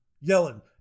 yelling